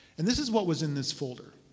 and this is what was in this folder